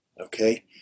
okay